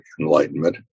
enlightenment